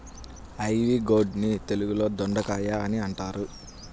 ivy gourd ని తెలుగులో దొండకాయ అని అంటారు